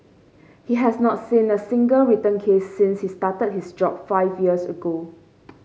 he has not seen a single return case since he started his job five years ago